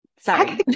sorry